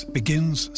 begins